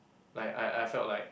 like I I felt like